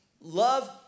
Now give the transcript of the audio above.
love